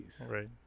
Right